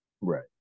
Right